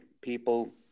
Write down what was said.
people